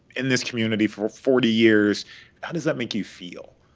in this community for forty years how does that make you feel?